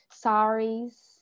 saris